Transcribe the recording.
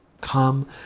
come